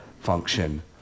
function